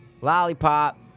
lollipop